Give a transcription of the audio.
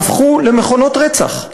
הפכו למכונות רצח?